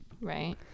Right